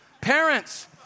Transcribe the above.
Parents